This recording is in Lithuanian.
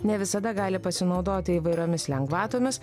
ne visada gali pasinaudoti įvairiomis lengvatomis